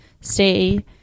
stay